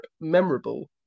memorable